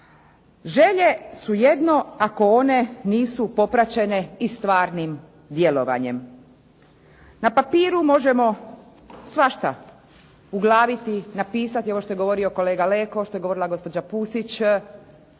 Želje su jedno ako one nisu popraćene i stvarnim djelovanjem. Na papiru možemo svašta uglaviti, napisati, ovo što je govorio kolega Leko, što je govorila gospođa Pusić,